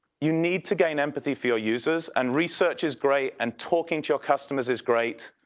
you need to gain empathy for your users. and research is great, and talking to your customers is great.